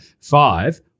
five